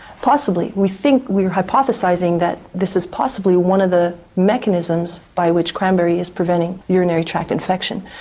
possibly. we think, we're hypothesising that this is possibly one of the mechanisms by which cranberry is preventing urinary tract infection,